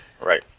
Right